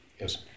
Yes